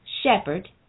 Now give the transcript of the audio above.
Shepherd